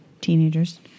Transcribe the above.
teenagers